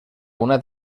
una